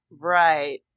right